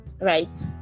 right